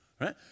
right